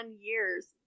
years